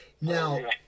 Now